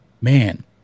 man